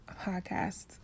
podcast